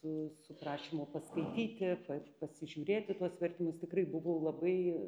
su su prašymu paskaityti pa pasižiūrėti tuos vertimus tikrai buvau labai